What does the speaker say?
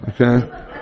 Okay